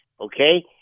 okay